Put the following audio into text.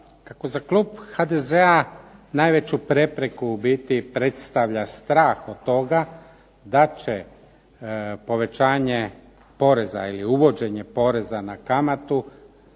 Kako za klub HDZ-a najveću prepreku u biti predstavlja strah od toga da će povećanje poreza ili uvođenje poreza na kamatu